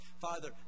Father